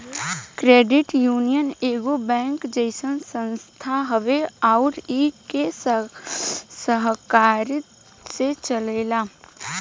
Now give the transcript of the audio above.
credit union एगो bank जइसन संस्था हवे अउर इ के सहकारिता से चलेला